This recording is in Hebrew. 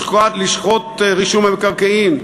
לשכות רישום המקרקעין,